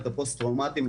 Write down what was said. את הפוסט-טראומטיים,